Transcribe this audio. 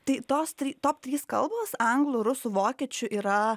tai tos try top trys kalbos anglų rusų vokiečių yra